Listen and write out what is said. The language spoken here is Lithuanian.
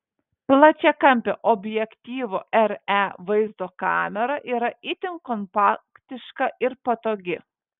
plačiakampio objektyvo re vaizdo kamera yra itin kompaktiška ir patogi